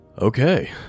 Okay